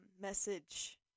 message